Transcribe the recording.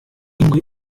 ingwe